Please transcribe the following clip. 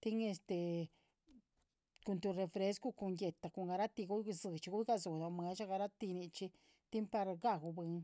Tin este, cun tu refrescu cun ghueta, cun garati zihdxi, garatí su lo muesha, garati nicxhi tin par gahwu buiinn,